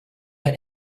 had